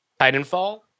Titanfall